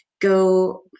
go